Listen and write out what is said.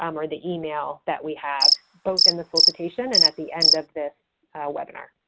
um or the email that we have, both in the solicitation and at the end of this webinar.